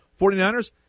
49ers